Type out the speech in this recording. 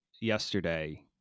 yesterday